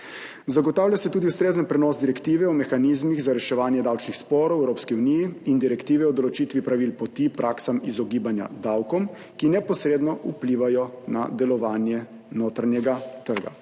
Zagotavlja se tudi ustrezen prenos direktive o mehanizmih za reševanje davčnih sporov v Evropski uniji in direktive o določitvi pravil poti praksam izogibanja davkom, ki neposredno vplivajo na delovanje notranjega trga.